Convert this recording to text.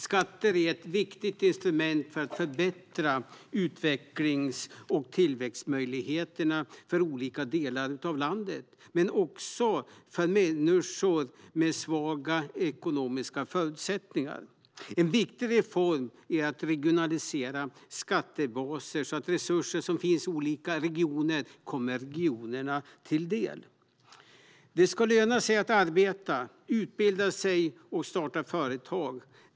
Skatter är ett viktigt instrument för att förbättra utvecklings och tillväxtmöjligheterna för olika delar av landet men också för människor med svaga ekonomiska förutsättningar. En viktig reform är att regionalisera skattebaser så att resurser som finns i olika regioner kommer regionerna till del. Det ska löna sig att arbeta, utbilda sig och starta företag.